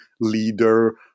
leader